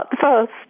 first